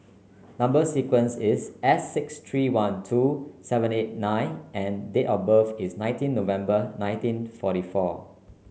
number sequence is S six three one two seven eight nine and date of birth is nineteen November nineteen forty four